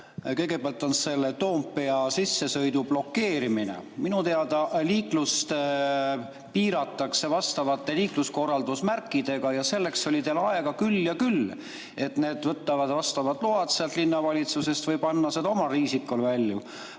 Kõigepealt: Toompea sissesõidu blokeerimine. Minu teada liiklust piiratakse vastavate liikluskorraldusmärkidega ja selleks oli teil aega küll ja küll, et võtta vastavad load sealt linnavalitsusest või panna need [märgid] omal riisikol välja.